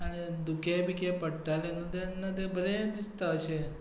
आनी धुकें बुकें पडटालें न्हय तेन्ना बरें दिसता अशें